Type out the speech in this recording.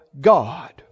God